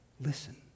listen